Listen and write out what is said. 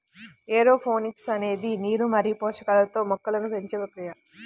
aeroponics అనేది నీరు మరియు పోషకాలతో మొక్కలను పెంచే ప్రక్రియ